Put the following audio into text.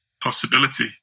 possibility